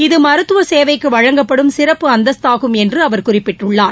இது மருத்துவ சேவைக்கு வழங்கப்படும் சிறப்பு அந்தஸ்தாகும் என்று அவர் குறிப்பிட்டுள்ளார்